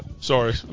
Sorry